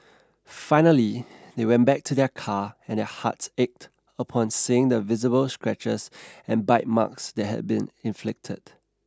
finally they went back to their car and their hearts ached upon seeing the visible scratches and bite marks that had been inflicted